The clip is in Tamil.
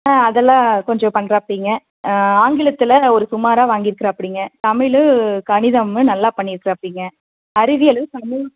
ஆ அதெல்லாம் கொஞ்சம் பண்ணுறாப்பிடிங்க ஆங்கிலத்தில் ஒரு சுமாராக வாங்கியிருக்கறாப்பிடிங்க தமிழ் கணிதமும் நல்லா பண்ணியிருக்கறாப்பிடிங்க அறிவியலும் சமூ